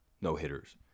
no-hitters